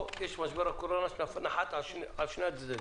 יש פה משבר קורונה שנחת על שני הצדדים.